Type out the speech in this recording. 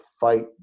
fight